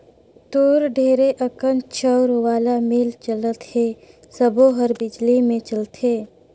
तोर ढेरे अकन चउर वाला मील चलत हे सबो हर बिजली मे चलथे